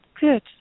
Good